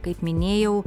kaip minėjau